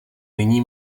nyní